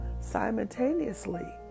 simultaneously